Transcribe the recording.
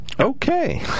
Okay